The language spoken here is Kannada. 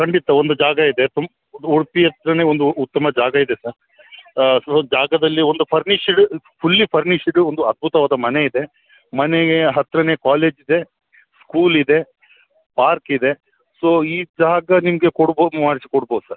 ಖಂಡಿತ ಒಂದು ಜಾಗವಿದೆ ತುಮ್ ಉಡುಪಿ ಹತ್ರನೇ ಒಂದು ಉತ್ತಮ ಜಾಗವಿದೆ ಸರ್ ಸುರೊ ಜಾಗದಲ್ಲಿ ಒಂದು ಫರ್ನಿಷಡ್ ಫುಲ್ಲಿ ಫರ್ನಿಷಿಡ ಒಂದು ಅದ್ಭುತವಾದ ಮನೆಯಿದೆ ಮನೆಗೆ ಹತ್ತಿರನೇ ಕಾಲೇಜಿದೆ ಸ್ಕೂಲಿದೆ ಪಾರ್ಕಿದೆ ಸೊ ಈ ಜಾಗ ನಿಮಗೆ ಕೊಡ್ಬೌದು ಮಾಡಿಸಿ ಕೊಡ್ಬೌದು ಸರ್